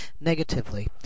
negatively